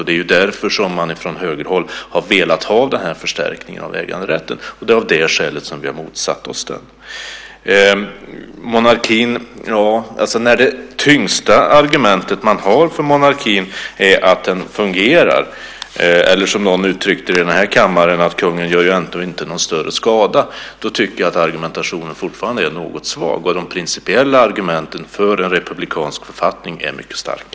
Det är därför som man från högerhåll har velat ha den här förstärkningen av äganderätten. Det är av det skälet som vi har motsatt oss det. När det tyngsta argumentet för monarkin är att den fungerar eller, som någon uttryckte det i den här kammaren, att kungen ju inte gör någon större skada, tycker jag att argumentationen fortfarande är något svag och att de principiella argumenten för en republikansk författning är mycket starka.